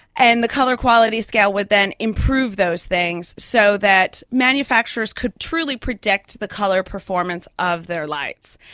and the colour quality scale would then improve those things so that manufacturers could truly predict the colour performance of their lights.